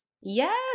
Yes